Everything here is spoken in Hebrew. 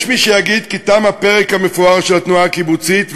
יש מי שיגיד כי תם הפרק המפואר של התנועה הקיבוצית,